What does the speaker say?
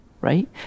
right